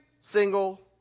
single